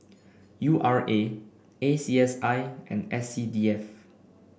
U R A A C S I and S C D F